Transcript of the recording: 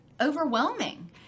overwhelming